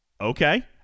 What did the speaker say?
Okay